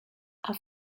are